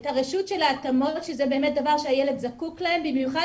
את הרשות של ההתאמות שזה באמת דבר שהילד זקוק להן במיוחד